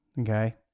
okay